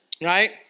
Right